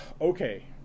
okay